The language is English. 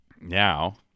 Now